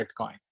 bitcoin